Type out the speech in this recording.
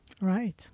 Right